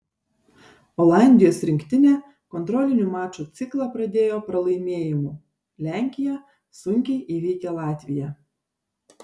olandijos rinktinė kontrolinių mačų ciklą pradėjo pralaimėjimu lenkija sunkiai įveikė latviją